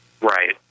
Right